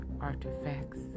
artifacts